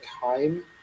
time